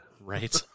Right